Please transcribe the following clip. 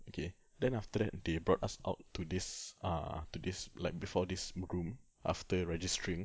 okay then after that they brought us out to this err to this like before this room after registering